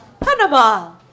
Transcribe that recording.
Panama